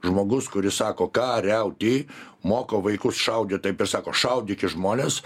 žmogus kuris sako kariauti moko vaikus šaudyt taip ir sako šaudyk į žmones